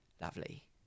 Lovely